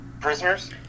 Prisoners